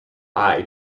eye